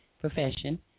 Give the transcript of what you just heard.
profession